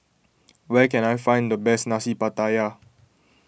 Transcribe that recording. where can I find the best Nasi Pattaya